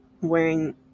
wearing